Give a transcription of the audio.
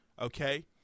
okay